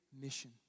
mission